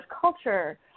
culture